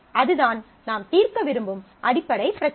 அதுதான் நாம் தீர்க்க விரும்பும் அடிப்படை பிரச்சினை